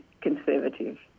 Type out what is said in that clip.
conservative